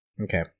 Okay